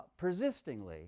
persistingly